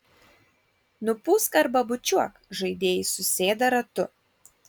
nupūsk arba bučiuok žaidėjai susėda ratu